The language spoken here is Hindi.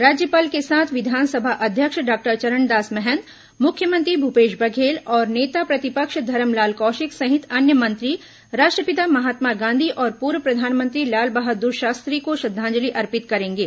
राज्यपाल के साथ विधानसभा अध्यक्ष डॉक्टर चरणदास महंत मुख्यमंत्री भूपेश बघेल और नेता प्रतिपक्ष धरमलाल कौशिक सहित अन्य मंत्री राष्ट्रपिता महात्मा गांधी और पूर्व प्रधानमंत्री लाल बहादुर शास्त्री को श्रद्वांजलि अर्पित करेंगे